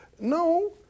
no